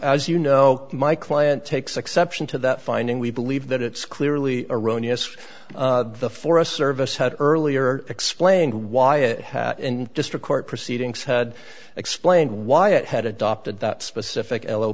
as you know my client takes exception to that finding we believe that it's clearly erroneous the forest service had earlier explained why it had in district court proceedings had explained why it had adopted that specific